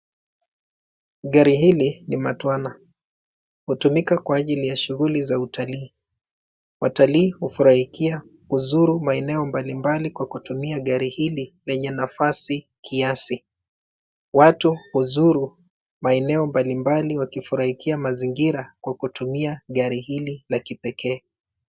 Gari hili ni matwana. Hutumika kwa ajili ya shughuli za utalii. Watalii hufurahikia kuzuru maeneo mbali mbali kwa kutumia gari hili lenye nafasi kiasi. Watu huzuru maeneo mbali mbali wakifurahikia mazingira kwa kutumia gari hili la kipekee.